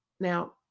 Now